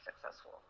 successful